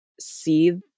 see